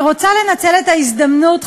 אני רוצה לנצל את ההזדמנות,